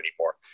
anymore